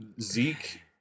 Zeke